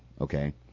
okay